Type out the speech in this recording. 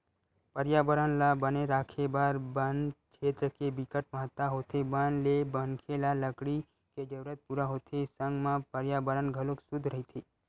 परयाबरन ल बने राखे बर बन छेत्र के बिकट महत्ता होथे बन ले मनखे ल लकड़ी के जरूरत पूरा होथे संग म परयाबरन घलोक सुद्ध रहिथे